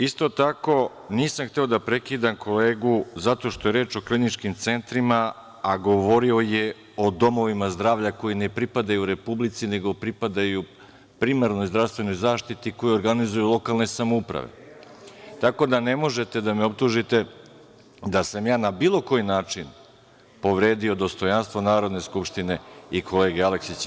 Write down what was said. Isto tako, nisam hteo da prekidam kolegu zato što je reč o kliničkim centrima, a govorio je o domovima zdravlja koji ne pripadaju republici, nego pripadaju primarnoj zdravstvenoj zaštiti koje organizuju lokalne samouprave. (Balša Božović: Po Poslovniku.) Tako da ne možete da me optužite da sam na bilo koji način povredio dostojanstvo Narodne skupštine i kolege Aleksića.